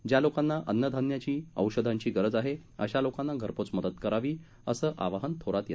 ज्या लोकांना अन्नधान्याची औषधांची गरज आहे अशा लोकांना घरपोच मदत करावी असं आवाहन थोरात यांनी केलं